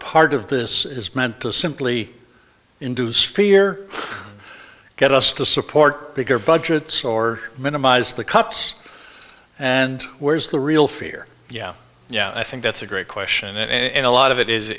part of this is meant to simply induce fear get us to support bigger budgets or minimize the cups and where's the real fear yeah yeah i think that's a great question and a lot of it is